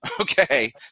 Okay